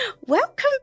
Welcome